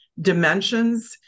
dimensions